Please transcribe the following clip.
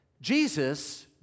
Jesus